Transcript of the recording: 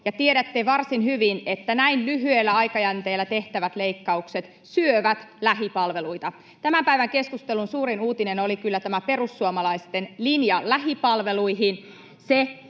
Tiedätte varsin hyvin, että näin lyhyellä aikajänteellä tehtävät leikkaukset syövät lähipalveluita. Tämän päivän keskustelun suurin uutinen oli kyllä tämä perussuomalaisten linja lähipalveluihin.